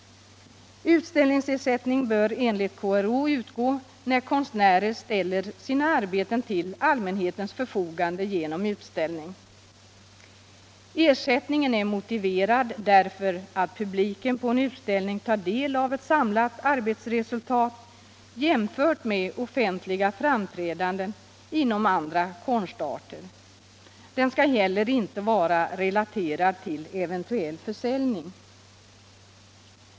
Utställningsersättning bör enligt KRO utgå när konstnärer ställer sina arbeten till allmänhetens förfogande genom utställning. Ersättningen är motiverad av att publiken på en utställning tar del av ett samlat arbetsresultat jäm förbart med offentliga framträdanden inom andra konstarter. Den skall inte heller vara relaterad till eventuell försäljning.